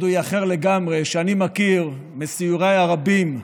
אחר לגמרי, שאני מכיר מסיוריי הרבים בנגב.